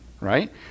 right